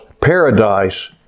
paradise